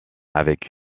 avec